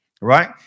Right